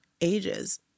ages